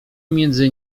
między